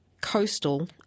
coastal